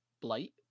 Blight